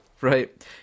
Right